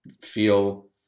feel